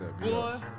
boy